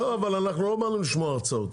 אבל לא באנו לשמוע הרצאות.